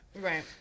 Right